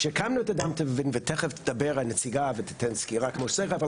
כשהקמנו את אדם טבע ודין ותיכף תדבר הנציגה ותיתן סקירה כמו שצריך,